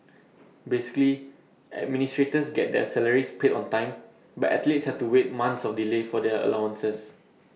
basically administrators get their salaries paid on time but athletes have to wait months of delay for their allowances